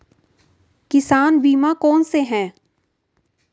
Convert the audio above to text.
किसान बीमा कौनसे हैं?